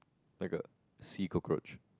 like a sea cockroach